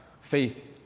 faith